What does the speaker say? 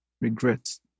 Regrets